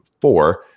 four